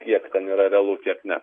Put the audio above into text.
kiek ten yra realukiek ne